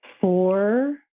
four